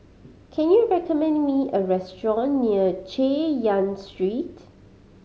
can you recommend me a restaurant near Chay Yan Street